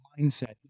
mindset